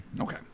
Okay